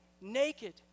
naked